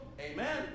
Amen